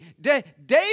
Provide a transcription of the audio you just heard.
David